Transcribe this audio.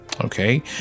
okay